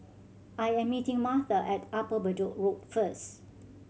I am meeting Martha at Upper Bedok Road first